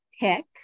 pick